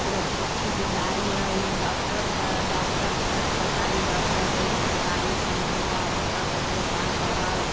प्रशिक्षित दाइ अछि डॉक्टर अछि डॉक्टर छथि सरकारी डॉक्टर अछि जानकारि छनि हुनका हुनकासँ देखभाल करबाऊ